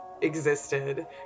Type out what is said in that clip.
existed